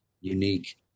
unique